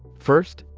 first,